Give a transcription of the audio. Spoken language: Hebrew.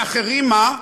ואחרים מה?